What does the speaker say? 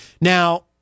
Now